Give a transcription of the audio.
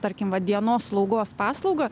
tarkim va dienos slaugos paslaugą